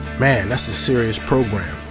man that's a serious program.